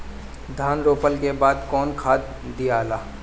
धान रोपला के बाद कौन खाद दियाला?